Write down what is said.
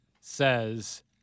says